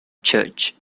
church